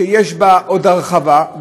שיש בה עוד הרחבה,